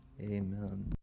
Amen